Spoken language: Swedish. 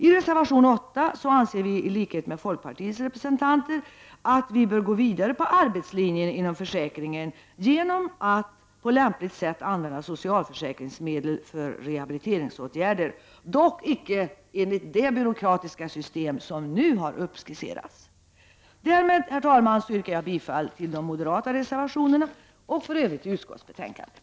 I reservation 8 anser vi i likhet med folkpartiets representanter att vi bör gå vidare på arbetslinjen inom försäkringen genom att på lämpligt sätt använda socialförsäkringsmedel för rehabiliteringsåtgärder, dock inte enligt de byråkratiska system som nu har skisserats. Därmed yrkar jag, herr talman, bifall till de moderata reservationerna och i övrigt till utskottets hemställan.